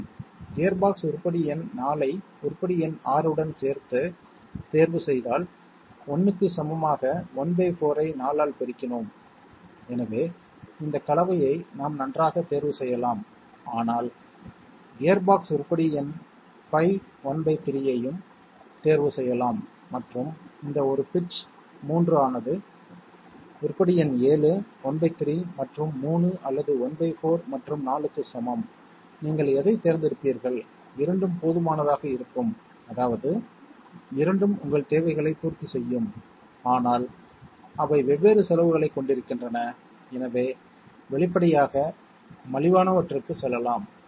ஆம் கியர்பாக்ஸ் உருப்படி எண் 4 ஐ உருப்படி எண் 6 உடன் சேர்த்து தேர்வு செய்தால் 1 க்கு சமமாக ¼ ஐ 4 ஆல் பெருக்கினோம் எனவே இந்த கலவையை நாம் நன்றாக தேர்வு செய்யலாம் ஆனால் கியர்பாக்ஸ் உருப்படி எண் 5 13 ஐயும் தேர்வு செய்யலாம் மற்றும் இந்த ஒரு பிட்ச் 3 ஆனது உருப்படி எண் 7 13 மற்றும் 3 அல்லது ¼ மற்றும் 4 க்கு சமம் நீங்கள் எதைத் தேர்ந்தெடுப்பீர்கள் இரண்டும் போதுமானதாக இருக்கும் அதாவது இரண்டும் உங்கள் தேவைகளைப் பூர்த்தி செய்யும் ஆனால் அவை வெவ்வேறு செலவுகளைக் கொண்டிருக்கின்றன எனவே வெளிப்படையாக மலிவானவற்றுக்கு செல்லலாம்